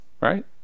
right